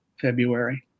February